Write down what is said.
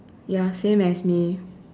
ya same as me